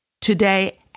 today